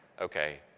okay